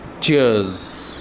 Cheers